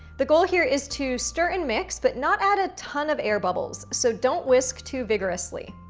the goal here is to stir and mix, but not add a ton of air bubbles. so don't whisk too vigorously.